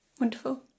Wonderful